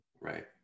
Right